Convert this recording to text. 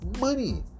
money